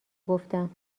گفتم